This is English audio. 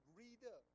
reader